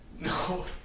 No